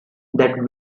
that